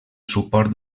suport